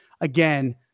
again